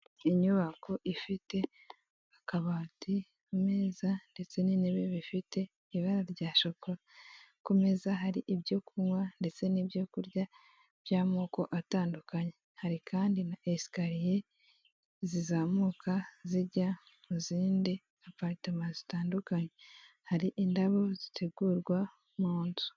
Inyubako ifite akabati, imeza ndetse n'intebe bifite ibara rya shokora. Ku meza hari ibyo kunywa ndetse n'ibyo kurya by'amoko atandukanye, hari kandi na esikariye zizamuka zijya mu zindi aparitoma zitandukanye, hari indabo zitegurwa mu nzu.